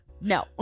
No